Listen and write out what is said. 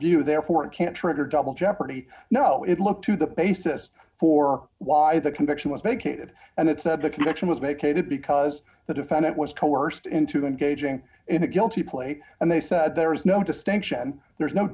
view therefore it can trigger double jeopardy no it looked to the basis for why the conviction was vacated and it said the conviction was vacated because the defendant was coerced into engaging in a guilty plea and they said there is no distinction there's no